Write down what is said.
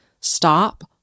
stop